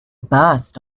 burst